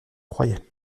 croyais